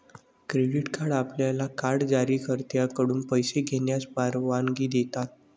credit card आपल्याला card जारीकर्त्याकडून पैसे घेण्यास परवानगी देतात